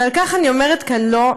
ועל כך אני אומרת כאן: לא.